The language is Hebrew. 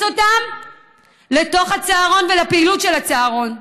אותם לתוך הצהרון ולפעילות של הצהרון.